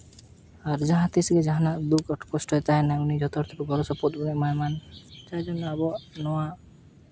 ᱟᱨ ᱡᱟᱦᱟᱸ ᱛᱤᱥ ᱜᱮ ᱡᱟᱦᱟᱱᱟᱜ ᱫᱩᱠ ᱠᱚᱥᱴᱚᱭ ᱛᱟᱦᱮᱱᱟᱭ ᱩᱱᱤ ᱡᱚᱛᱚ ᱦᱚᱲᱛᱮ ᱜᱚᱲᱚ ᱥᱚᱯᱚᱦᱚᱫ ᱮᱢᱟᱭ ᱢᱟ ᱡᱟᱨ ᱡᱚᱱᱱᱚ ᱟᱵᱚᱣᱟᱜ ᱱᱚᱣᱟ